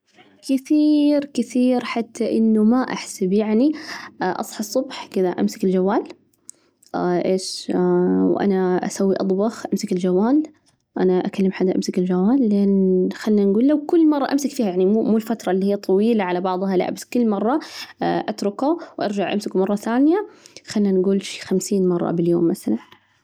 كثير كثير، حتى إنه ما أحسب يعني أصحى الصبح كذا أمسك الجوال إيش؟ وأنا أسوي أطبخ أمسك الجوال، أنا أكلم حدا أمسك الجوال لين خلنا نجول لو كل مرة أمسك فيها يعني مو مو الفترة اللي هي طويلة على بعضها، لابس مرة أتركه وأرجع أمسكه مرة ثانية، خلنا نقول شي خمسين مرة باليوم مثلاً.